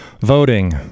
voting